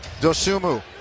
Dosumu